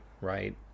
right